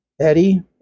Eddie